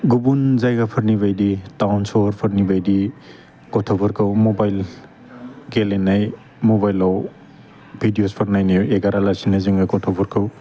गुबुन जायगाफोरनि बायदि टाउन सहरफोरनि बायदि गथ'फोरखौ मबाइल गेलेनाय मबाइलाव भिडिअ'सफोर नायनाया एगारा लासिनो जोङो गथ'फोरखौ